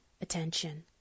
attention